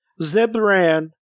Zebran